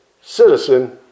citizen